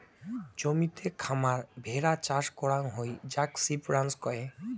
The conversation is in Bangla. জমিতে খামার ভেড়া চাষ করাং হই যাক সিপ রাঞ্চ কহে